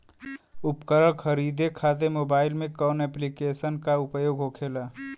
उपकरण खरीदे खाते मोबाइल में कौन ऐप्लिकेशन का उपयोग होखेला?